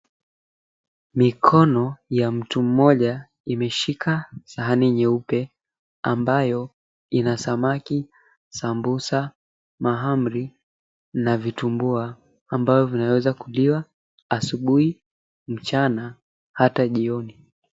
Mikono ya mtu mmoja imeshika sahani nyeupe ambayo ina samaki, sambusa, mahamri na vitumbua ambavyo vinaweza kuliwa asubuhi, mchana hata jioni.